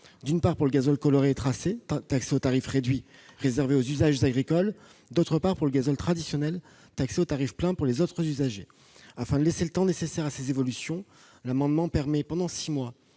séparées pour le gazole coloré et tracé, taxé au tarif réduit, réservé aux usages agricoles, et pour le gazole traditionnel, taxé au tarif plein pour les autres usagers. Afin de laisser le temps nécessaire à ces évolutions, l'adoption de cet amendement